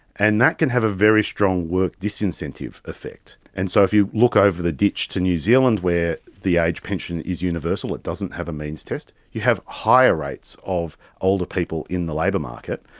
and that can have a very strong work disincentive effect. and so if you look over the ditch to new zealand where the aged pension is universal, it doesn't have a means test, you have higher rates of older people in the labour market,